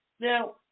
Now